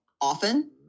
often